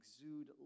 exude